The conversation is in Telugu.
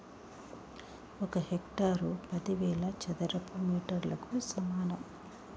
ఒక హెక్టారు పదివేల చదరపు మీటర్లకు సమానం